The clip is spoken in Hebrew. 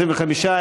25,